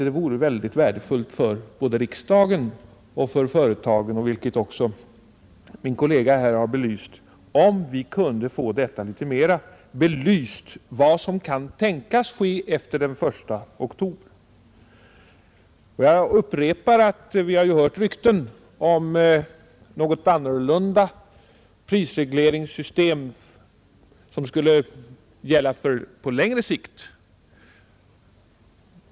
Det vore mycket värdefullt för både riksdagen och för företagen — vilket också min kollega här har framhållit — om vi kunde få litet mer belyst vad som kan tänkas ske efter den 1 oktober. Jag upprepar att vi har hört rykten om ett något annorlunda prisregleringssystem som skulle gälla på längre sikt.